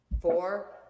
four